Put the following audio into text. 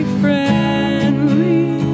friendly